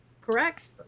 correct